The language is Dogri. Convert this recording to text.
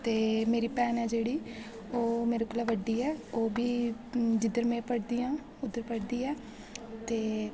ते मेरी भैन ऐ जेह्ड़ी ओह् मेरे कोला बड्डी ऐ ओह् बी जिद्धर में पढ़दी आं उद्धर पढ़दी ऐ ते